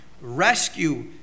rescue